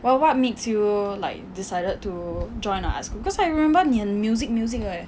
well what makes you like decided to join a arts school because I remember 你很 music music 的 leh